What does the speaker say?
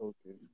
Okay